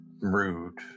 rude